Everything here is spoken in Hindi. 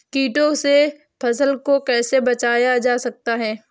कीटों से फसल को कैसे बचाया जा सकता है?